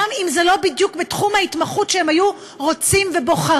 גם אם זה לא בדיוק בתחום ההתמחות שהם היו רוצים ובוחרים,